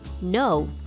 No